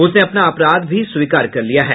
उसने अपना अपराध भी स्वीकार कर लिया है